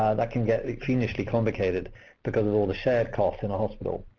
that can get fiendishly complicated because of all the shared costs in a hospital.